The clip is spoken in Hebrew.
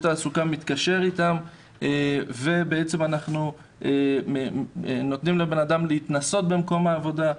התעסוקה מתקשר אתם וכך אנחנו נותנים לבן אדם להתנסות במקום העבודה.